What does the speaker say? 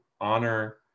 honor